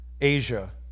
Asia